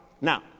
Now